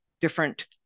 different